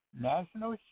national